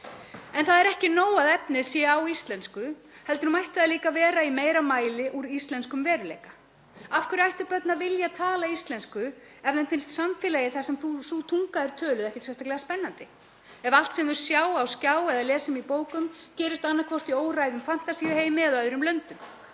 En það er ekki nóg að efnið sé á íslensku heldur mætti það líka vera í meira mæli úr íslenskum veruleika. Af hverju ættu börn að vilja tala íslensku ef þeim finnst samfélagið þar sem sú tunga er töluð ekkert sérstaklega spennandi? Ef allt sem þau sjá á skjá eða lesa um í bókum gerist annaðhvort í óræðum fantasíuheimi eða í öðrum löndum?